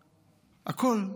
הכול.